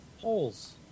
Holes